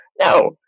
no